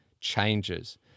changes